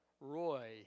Roy